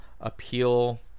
appeal